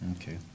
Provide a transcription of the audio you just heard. Okay